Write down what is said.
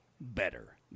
better